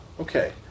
Okay